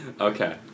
okay